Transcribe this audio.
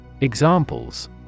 Examples